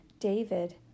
David